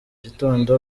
gitondo